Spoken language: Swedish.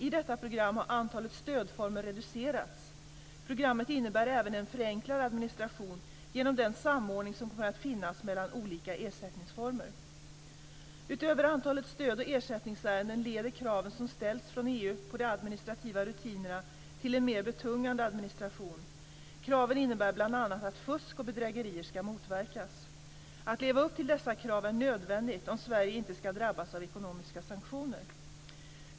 I detta program har antalet stödformer reducerats. Programmet innebär även en förenklad administration genom den samordning som kommer att finnas mellan olika ersättningsformer. Utöver antalet stöd och ersättningsärenden leder kraven som ställs från EU på de administrativa rutinerna till en mer betungande administration. Kraven innebär bl.a. att fusk och bedrägerier ska motverkas. Att leva upp till dessa krav är nödvändigt om Sverige inte ska drabbas av ekonomiska sanktioner.